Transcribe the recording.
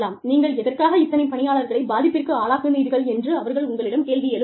நீங்கள் எதற்காக இத்தனை பணியாளர்களைப் பாதிப்பிற்கு ஆளாக்கினார்கள் என்று அவர்கள் உங்களிடம் கேள்வி எழுப்பலாம்